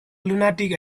lunatic